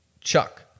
Chuck